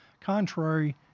contrary